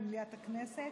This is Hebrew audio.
במליאת הכנסת,